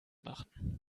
machen